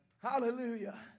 Hallelujah